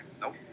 Nope